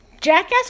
Jackass